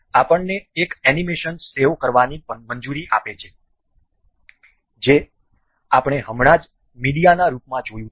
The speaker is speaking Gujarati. આ આપણને આ એનિમેશન સેવ કરવાની મંજૂરી આપે છે જે આપણે હમણાં જ મીડિયાના રૂપમાં જોયું છે